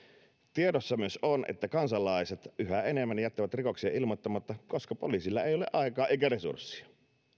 tiedossa myös on että kansalaiset yhä enemmän jättävät rikoksia ilmoittamatta koska poliisilla ei ole aikaa eikä resursseja